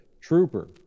Trooper